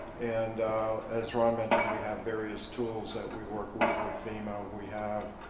and as ron mentioned, we have various tools that we work with with fema. we have